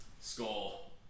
Skull